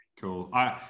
cool